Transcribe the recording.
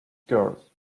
scarce